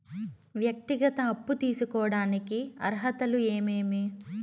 వ్యక్తిగత అప్పు తీసుకోడానికి అర్హతలు ఏమేమి